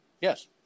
Yes